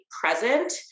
present